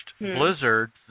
Blizzard